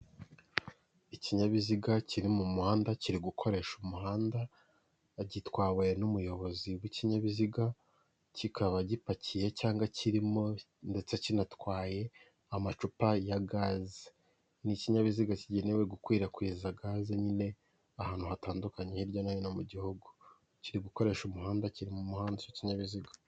Ikinyabiziga kiri mu muhanda kiri gukoresha umuhanda, gitwawe n'umuyobozi w'ikinyabiziga, kikaba gipakiye cyangwa kirimo ndetse kinatwaye amacupa ya gaze, ni ikinyabiziga kigenewe gukwirakwiza gaze nyine ahantu hatandukanye hirya no hino mu gihugu, kiri gukoresha umuhanda kiri mu muhanda icyo kinyabiziga.